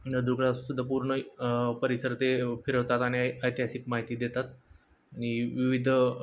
नदुर्गला सुद्धा पूर्ण परिसर ते फिरवतात आणि ऐतिहासिक माहिती देतात आणि विविध